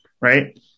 right